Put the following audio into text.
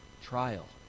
trial